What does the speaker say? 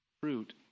fruit